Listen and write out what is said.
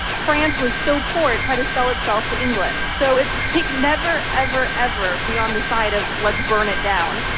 france was so poor it tried to self itself to england. so it's like never, ever, ever, be on the side of let's burn it down,